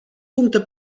puncte